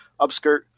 upskirt